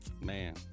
man